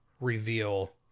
reveal